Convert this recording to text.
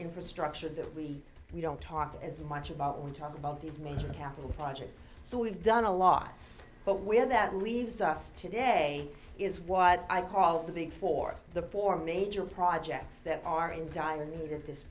infrastructure that we we don't talk as much about we talk about these major capital projects so we've done a lot but where that leaves us today is what i call the big four the four major projects that are in dire need at this